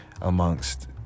amongst